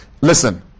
Listen